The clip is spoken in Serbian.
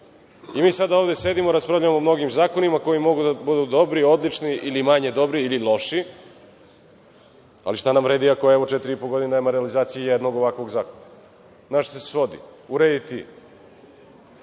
sada ovde sedimo, raspravljamo o mnogim zakonima koji mogu da budu dobri, odlični ili manje dobri, ili loši, ali šta nam vredi ako, evo, četiri i po godine nema realizacije jednog ovakvog zakona? Na šta se svodi? Urediti